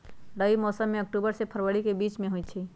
रबी मौसम अक्टूबर से फ़रवरी के बीच में होई छई